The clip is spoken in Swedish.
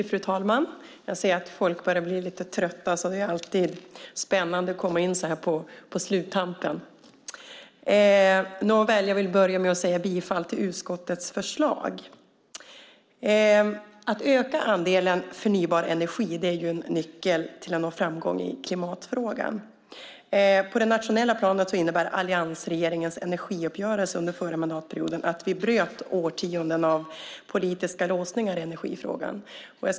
Fru talman! Jag ser att folk börjar bli lite trötta. Det alltid spännande att komma in så här på sluttampen. Jag vill börja med att yrka bifall till utskottets förslag. Att öka andelen förnybar energi är en nyckel till att nå framgång i klimatfrågan. På det nationella planet innebär alliansregeringens energiuppgörelse under den förra mandatperioden att vi bröt årtionden av politiska låsningar i energifrågan.